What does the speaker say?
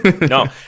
No